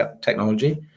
technology